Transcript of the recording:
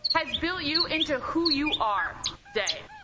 has built you into who you are today.